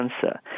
cancer